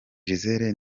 gisele